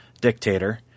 dictator